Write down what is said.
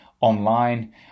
online